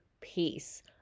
peace